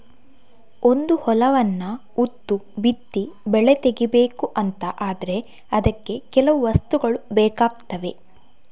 ಒಂದು ಹೊಲವನ್ನ ಉತ್ತು ಬಿತ್ತಿ ಬೆಳೆ ತೆಗೀಬೇಕು ಅಂತ ಆದ್ರೆ ಅದಕ್ಕೆ ಕೆಲವು ವಸ್ತುಗಳು ಬೇಕಾಗ್ತವೆ